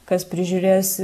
kas prižiūrės